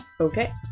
Okay